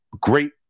great